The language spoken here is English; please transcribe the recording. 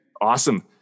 Awesome